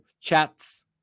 chats